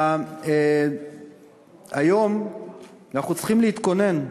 היום אנחנו צריכים להתכונן,